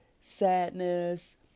sadness